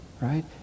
right